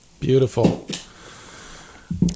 Beautiful